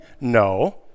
No